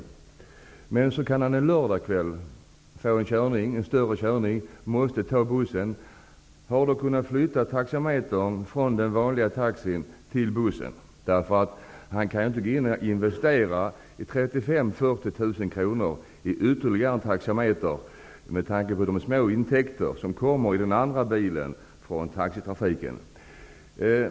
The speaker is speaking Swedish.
Om han en lördagkväll har fått en större körning och måste ta bussen, har han kunnat flytta taxametern från den vanliga taxin till bussen. Han kan ju inte investera 35 000--40 000 kronor i ytterligare en taxameter med tanke på de små intäkter som han får genom den andra bilen i taxitrafiken.